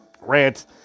rant